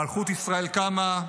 מלכות ישראל קמה,